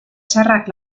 txarrak